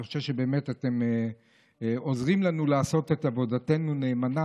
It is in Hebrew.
אני רוצה לומר שבאמת אתם עוזרים לנו לעשות את עבודתנו נאמנה,